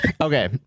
okay